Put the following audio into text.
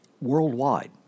worldwide